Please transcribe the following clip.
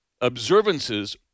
observances